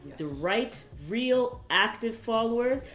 the right real active followers,